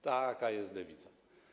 Taka jest dewiza.